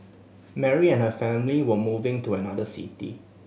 Mary and her family were moving to another city